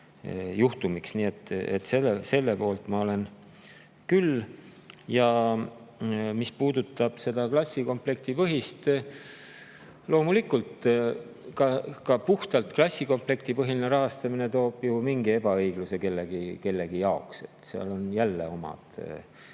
juhtumiks. Nii et selle poolt ma olen küll. Mis puudutab klassikomplektipõhist [rahastamist], siis loomulikult, ka puhtalt klassikomplektipõhine rahastamine toob mingi ebaõigluse kellegi jaoks, seal on jälle omad